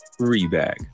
Rebag